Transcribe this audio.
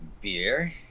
Beer